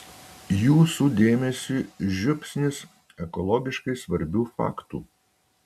jūsų dėmesiui žiupsnis ekologiškai svarbių faktų